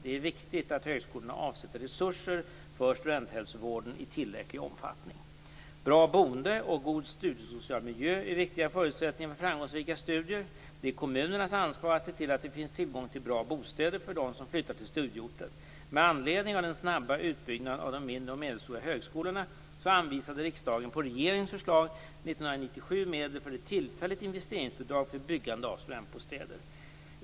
Det är viktigt att högskolorna avsätter resurser för studenthälsovården i tillräcklig omfattning. Bra boende och en god studiesocial miljö är viktiga förutsättningar för framgångsrika studier. Det är kommunernas ansvar att se till att det finns tillgång till bra bostäder för dem som flyttar till studieorten. Med anledning av den snabba utbyggnaden av de mindre och medelstora högskolorna anvisade riksdagen 1997, på regeringens förslag, medel för ett tillfälligt investeringsbidrag för byggande av studentbostäder.